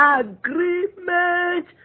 agreement